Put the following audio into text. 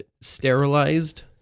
sterilized